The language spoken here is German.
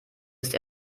ist